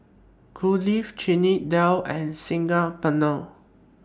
Kulfi Chana Dal and Saag Paneer